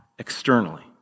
externally